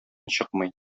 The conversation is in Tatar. чыкмый